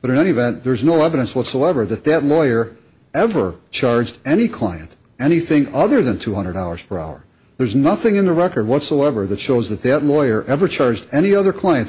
but in any event there's no evidence whatsoever that that moyer ever charged any client anything other than two hundred dollars per hour there's nothing in the record whatsoever that shows that they had lawyer ever charged any other client